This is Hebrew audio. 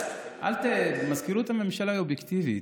מזכירות הממשלה היא אובייקטיבית,